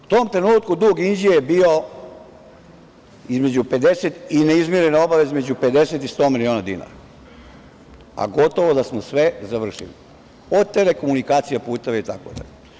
U tom trenutku dug Inđije i neizmirene obaveze bile su između 50 i 100 miliona dinara, a gotovo da smo sve završili, od telekomunikacija, puteva itd.